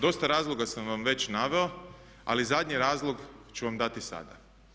Dosta razloga sam vam već naveo ali zadnji razlog ću vam dati sada.